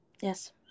Yes